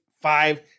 five